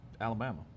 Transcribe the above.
Alabama